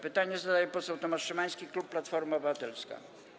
Pytanie zadaje poseł Tomasz Szymański, klub Platforma Obywatelska.